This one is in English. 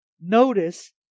Notice